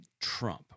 Trump